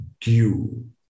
due